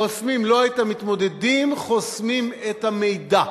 חוסמים לא את המתמודדים, אלא את המידע.